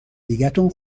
دیگتون